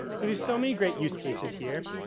so there's so many great use cases here.